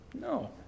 No